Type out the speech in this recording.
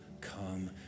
come